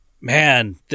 Man